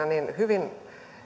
niin hyvin